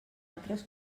altres